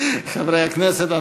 חברי הכנסת,